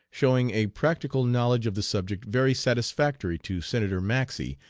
showing a practical knowledge of the subject very satisfactory to senator maxey,